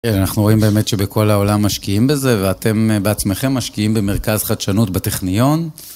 אנחנו רואים באמת שבכל העולם משקיעים בזה ואתם בעצמכם משקיעים במרכז חדשנות בטכניון.